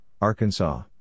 Arkansas